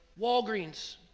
Walgreens